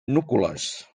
núcules